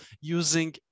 using